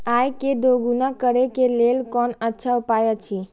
आय के दोगुणा करे के लेल कोन अच्छा उपाय अछि?